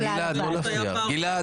גלעד,